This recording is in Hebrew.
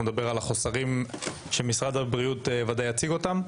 נדבר על החוסרים שמשרד הבריאות יציג אותם,